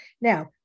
Now